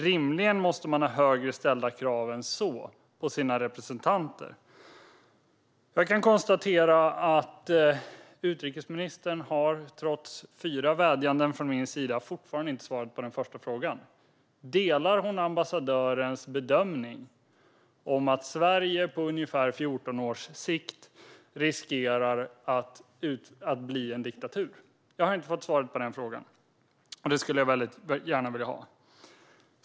Rimligen måste vi ha högre ställda krav än så på våra representanter. Jag kan konstatera att utrikesministern, trots fyra vädjanden från min sida, fortfarande inte har svarat på den första frågan: Delar hon ambassadörens bedömning att Sverige på ungefär 14 års sikt riskerar att bli en diktatur? Jag har inte fått svar på frågan, och det skulle jag väldigt gärna vilja ha.